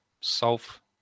solve